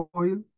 oil